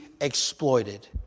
exploited